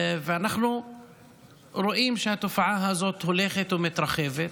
ואנחנו רואים שהתופעה הזאת הולכת ומתרחבת.